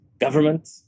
government